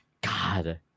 God